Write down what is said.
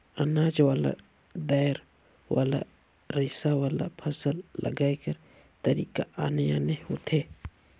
अनाज वाला, दायर वाला, रेसा वाला, फसल लगाए कर तरीका आने आने होथे